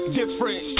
different